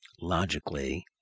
Logically